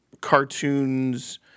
cartoons